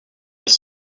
elle